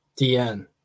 DN